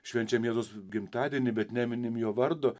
švenčiam jėzaus gimtadienį bet neminim jo vardo